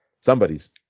Somebody's